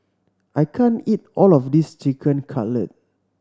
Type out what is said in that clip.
I can't eat all of this Chicken Cutlet